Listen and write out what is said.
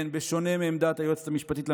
כן, בשונה מעמדת היועצת המשפטית לממשלה.